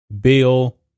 Bill